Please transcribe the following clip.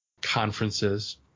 conferences